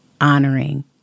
honoring